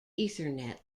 ethernet